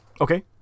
Okay